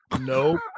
no